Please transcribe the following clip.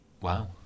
wow